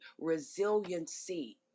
resiliency